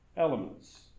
elements